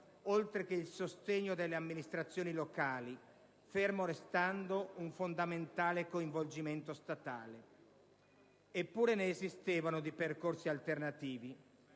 oltre che il sostegno delle amministrazioni locali, fermo restando un fondamentale coinvolgimento statale. Eppure ne esistevano di percorsi alternativi.